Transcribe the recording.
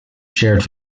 shared